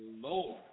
Lord